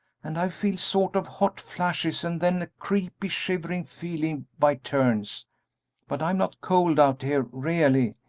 and i feel sort of hot flashes and then a creepy, shivery feeling by turns but i am not cold out here, really,